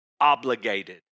obligated